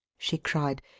she cried,